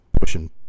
pushing